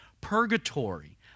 purgatory